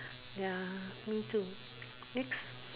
ya me too next